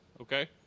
Okay